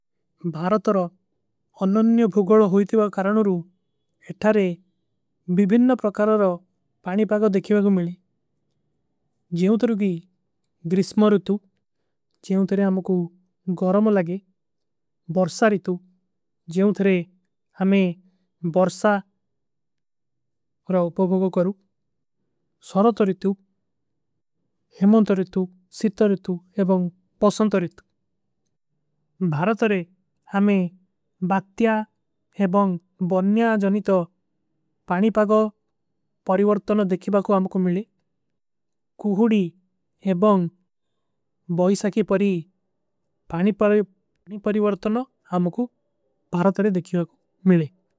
ଭାରତର ଅନନନ୍ଯ ଭୁଗଲ ହୋଈତିଵା କାରଣୋର। ଏଠାରେ ବିବିନ୍ନ ପ୍ରକାରର ପାନୀ ପାଗା ଦେଖିଵା। ଗୁମିଲେ ଜୈଂତର ଗୀ ଗ୍ରିସ୍ମା ରିତୁ ଜୈଂତରେ ଆମକୋ। ଗରମ ଲାଗେ ବର୍ଶା ଋତୁ ଜୈଂତରେ। ଆମେ ବର୍ଶା ଔର ଉପଭୁଗୋ କରୂ ସରତ ଋତୁ। ହେମନ ତରିତୁ ସିତ ତରିତୁ ଏବଂଗ ପସଂତ ତରିତୁ। ଭାରତରେ ଆମେ ବାକ୍ତିଯା ଏବଂଗ ବନ୍ଯା ଜନିତ। ପାନୀ ପାଗା ପରିଵର୍ତନ ଦେଖିଵା ଗୁମିଲେ। କୁହୁଡୀ ଏବଂଗ ବହୁଶା କେ ପରୀ ପାନୀ ପାଗା। ପରିଵର୍ତନ ଆମକୁ ଭାରତରେ ଦେଖିଵା ଗୁମିଲେ।